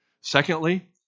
Secondly